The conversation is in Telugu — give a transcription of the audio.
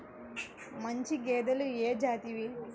మంచి గేదెలు ఏ జాతివి?